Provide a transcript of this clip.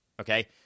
Okay